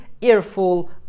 earful